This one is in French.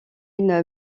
une